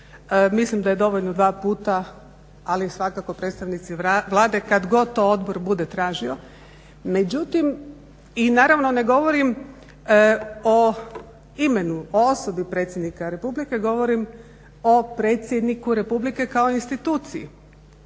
mislim da je dovoljno dva puta, ali svakako predstavnici Vlade kada god to odbor bude tražio. Međutim, i naravno ne govorim o imenu, o osobi predsjednika Republike, govorim o predsjedniku Republike kao instituciji.